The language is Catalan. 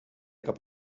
cap